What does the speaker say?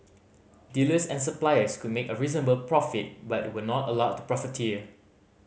dealers and suppliers could make a reasonable profit but were not allowed to profiteer